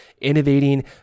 innovating